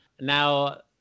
Now